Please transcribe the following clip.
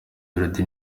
melody